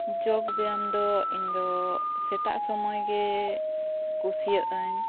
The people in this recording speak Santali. ᱡᱳᱜᱽ ᱵᱮᱭᱟᱢ ᱫᱚ ᱤᱧᱫᱚ ᱥᱮᱛᱟᱜ ᱥᱳᱢᱚᱭ ᱜᱮ ᱠᱩᱥᱤᱭᱟᱜᱼᱟᱹᱧ